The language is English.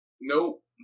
Nope